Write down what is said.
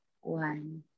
one